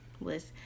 list